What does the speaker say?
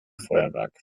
feuerwerk